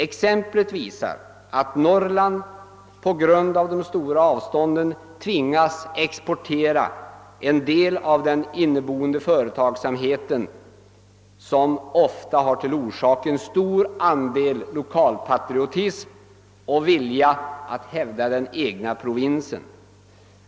Exemplet visar att Norrland på grund av de stora avstånden tvingas »exportera» en del av den inneboende företagsamheten, som ofta har till orsak en stor andel lokalpatriotism och vilja att hävda den egna provinsen.